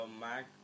Mac